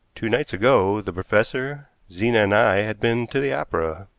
two nights ago, the professor, zena, and i had been to the opera,